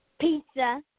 Pizza